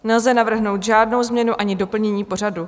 Nelze navrhnout žádnou změnu ani doplnění pořadu.